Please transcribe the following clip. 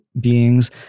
beings